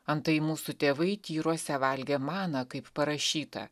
antai mūsų tėvai tyruose valgė maną kaip parašyta